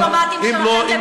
עם הדיפלומטים שלכם ב-BDS.